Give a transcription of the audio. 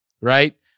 right